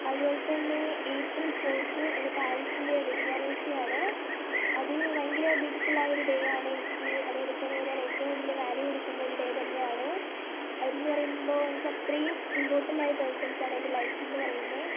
അതുപോലെത്തന്നെ April fourth എൻ്റെ പാരൻ്റ്സിൻ്റെ വെഡ്ഡിങ്ങ് ആനിവേഴ്സറിയാണ് അത് ഭയങ്കര ബ്യൂട്ടിഫുള്ളായ ഒരു ഡേ ആണെനിക്ക് അതേപോലെത്തന്നെ ഞാനേറ്റവും കൂടുതൽ വാല്യു കൊടുക്കുന്ന ഒരു ഡേ തന്നെയാണ് അവരെന്നു പറയുമ്പോൾ എനിക്കത്രയും ഇമ്പോർട്ടൻ്റായ പേഴ്സൺസാണ് എൻ്റെ ലൈഫിൽ എന്നു പറയുന്നത്